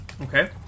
Okay